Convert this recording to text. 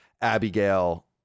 Abigail